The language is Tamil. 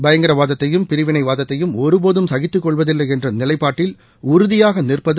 பயங்கரவாதத்தையும் பிரிவினைவாதத்தையும் ஒருபோதும் சகித்துக் கொள்வதில்லை என்ற நிலைப்பாட்டில் உறுதியாக நிற்பது